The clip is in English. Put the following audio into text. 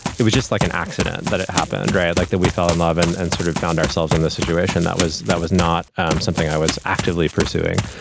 it was just like an accident that it happened, andre like that we fell in love and and sort of found ourselves in this situation. that was that was not something i was actively pursuing.